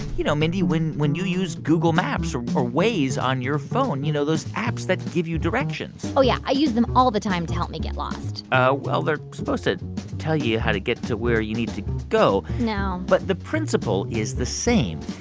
you know, mindy, when when you use google maps or waze on your phone you know, those apps that give you directions oh, yeah. i use them all the time to help me get lost ah well, they're supposed to tell you how to get to where you need to go no but the principle is the same,